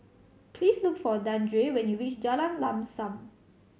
please look for Dandre when you reach Jalan Lam Sam